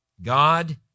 God